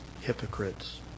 hypocrites